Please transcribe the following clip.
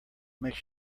makes